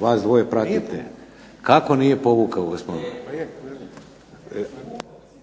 Vas dvoje pratite. ... /Upadica se ne